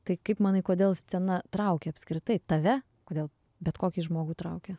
tai kaip manai kodėl scena traukia apskritai tave kodėl bet kokį žmogų traukia